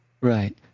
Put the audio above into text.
Right